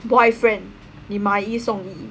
boyfriend 你买一送一